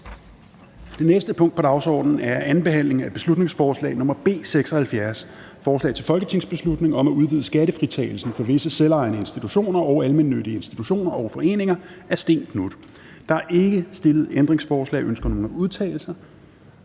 Det næste punkt på dagsordenen er: 6) 2. (sidste) behandling af beslutningsforslag nr. B 76: Forslag til folketingsbeslutning om at udvide skattefritagelsen for visse selvejende institutioner og almennyttige institutioner og foreninger. Af Stén Knuth (V) m.fl. (Fremsættelse